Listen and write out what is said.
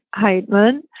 Heidman